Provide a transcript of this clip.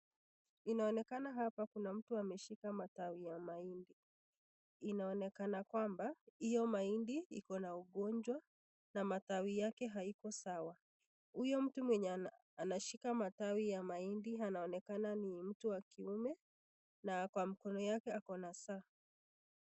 Inaonekena hapa kuna mtu ameshika matawi ya mahindi. Inaonekana kwamba hiyo mahindi iko na ugonjwa na matawi yake haiko sawa. Huyo mtu mwenye anashika matawi ya mahindi anaonekana ni mtu wa kiume na kwa mkono yake akona saa.